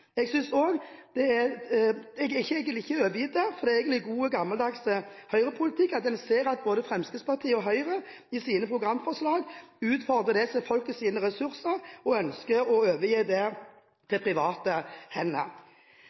Jeg blir ikke overrasket over at en ser at både Fremskrittspartiet og Høyre i sine programforslag utfordrer det som er folkets ressurser og ønsker å overgi det til private